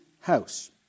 house